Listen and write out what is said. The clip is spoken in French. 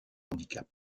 handicap